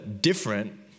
different